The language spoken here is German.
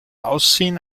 aussehen